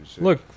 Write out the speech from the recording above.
look